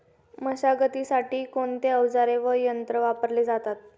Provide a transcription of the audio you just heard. मशागतीसाठी कोणते अवजारे व यंत्र वापरले जातात?